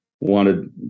wanted